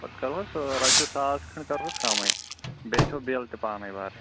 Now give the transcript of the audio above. پتہٕ کَرٕہوس ٲں رۄپیہِ ساس کھنٛڈ کَرٕہوس کَمٕے بیٚیہِ چھو بِل تہِ پانٔے بھرٕنۍ